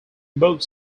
mode